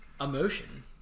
emotion